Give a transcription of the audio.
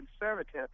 conservative